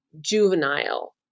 juvenile